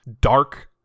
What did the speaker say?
dark